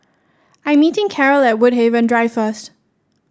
I'm meeting Carole at Woodhaven Drive first